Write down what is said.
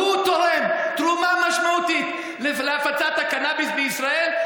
והוא תורם תרומה משמעותית להפצת הקנאביס בישראל.